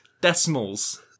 Decimals